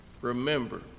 remember